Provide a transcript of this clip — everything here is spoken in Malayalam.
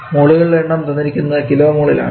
മോളുകളുടെ എണ്ണം തന്നിരിക്കുന്നത് കിലോ മോളിൽ ആണ്